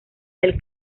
del